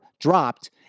dropped